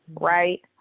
right